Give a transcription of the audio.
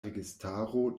registaro